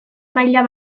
maila